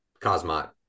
Cosmot